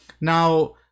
Now